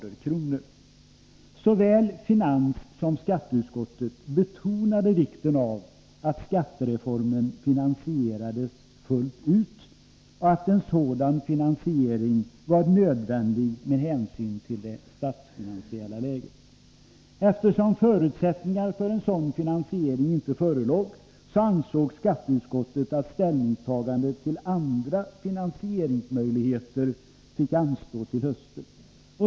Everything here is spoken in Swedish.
Såväl finanssom skatteutskottet betonade vikten av att skattereformen finansierades fullt ut och att en sådan finansiering var nödvändig med hänsyn till det statsfinansiella läget. Eftersom förutsättningar för en sådan finansiering inte förelåg ansåg skatteutskottet att ställningstagandet till andra finansieringsmöjligheter fick anstå till hösten.